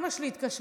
אימא שלי התקשרה,